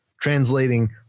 translating